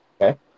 Okay